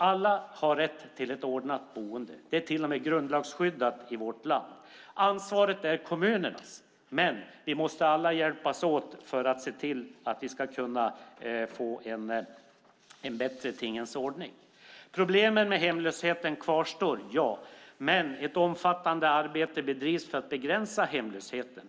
Alla har rätt till ett ordnat boende. Det är till och med grundlagsskyddat i vårt land. Ansvaret är kommunernas, men vi måste alla hjälpas åt för att få en bättre tingens ordning. Problemen med hemlöshet kvarstår, men ett omfattande arbete bedrivs för att begränsa hemlösheten.